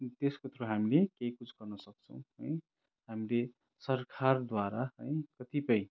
त्यस्को थ्रु हामीले केही कुछ गर्न सक्छौँ है हामीले सरकारद्वारा है कतिपय